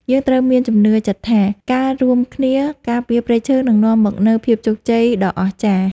យើងត្រូវមានជំនឿចិត្តថា ការរួមគ្នាការពារព្រៃឈើនឹងនាំមកនូវភាពជោគជ័យដ៏អស្ចារ្យ។